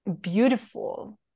beautiful